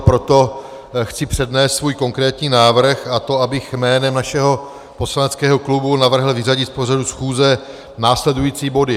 Proto chci přednést svůj konkrétní návrh, a to abych jménem našeho poslaneckého klubu navrhl vyřadit z pořadu schůze následující body.